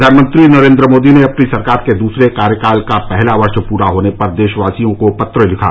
प्रधानमंत्री नरेंद्र मोदी ने अपनी सरकार के दूसरे कार्यकाल का पहला वर्ष पूरा होने पर देशवासियों को पत्र लिखा